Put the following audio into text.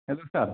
hello sir